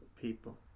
people